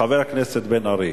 חבר הכנסת בן-ארי.